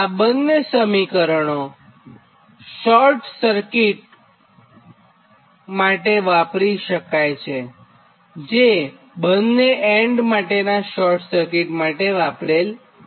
આ સમીકરણો બંને એન્ડ માટે શોર્ટ સર્કિટ કરંટ માટે વાપરી શકાય છે